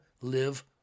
live